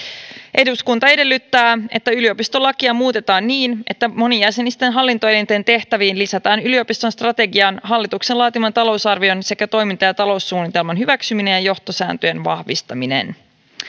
eduskunta edellyttää että yliopistolakia muutetaan niin että monijäsenisten hallintoelinten tehtäviin lisätään yliopiston strategian hallituksen laatiman talousarvion sekä toiminta ja taloussuunnitelman hyväksyminen ja johtosääntöjen vahvistaminen